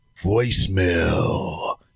voicemail